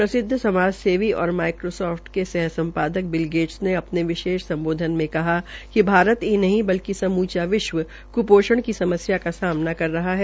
प्रसिदव समाजसेवी और माइक्रोसोफ्ट के सह संस्थापक बिल गेट्स ने अपने विशेष सम्बोधन में कहा कि भारत ही नहीं बल्कि समुचा विश्व कृपोषण की समस्या का सामना कर रहा है